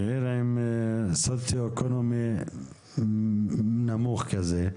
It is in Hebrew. בעיר עם סוציואקונומי נמוך כזה,